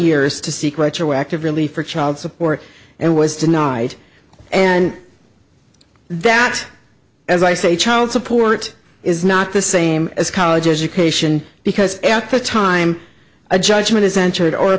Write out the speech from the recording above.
years to seek retroactive relief for child support and was denied and that as i say child support is not the same as college education because at the time a judgment is entered or